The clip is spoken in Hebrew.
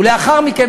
לאחר מכן,